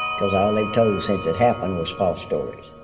cause all they've told since it happened is false stories